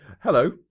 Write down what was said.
hello